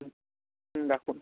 হুম হুম রাখুন